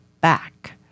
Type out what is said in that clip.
back